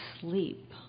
sleep